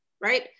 right